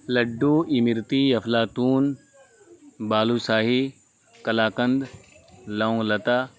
لڈو imarti aflatoon balushahi kalakand laung لتہ